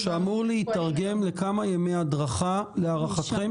שאמור להיתרגם לכמה ימי הדרכה להערכתכם?